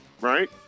right